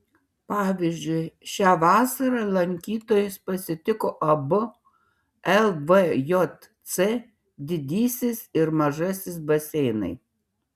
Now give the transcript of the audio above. pavyzdžiui šią vasarą lankytojus pasitiko abu lvjc didysis ir mažasis baseinai